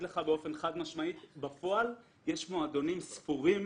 לך חד משמעית שבפועל יש מועדונים ספורים